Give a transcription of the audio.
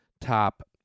top